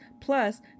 Plus